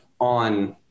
on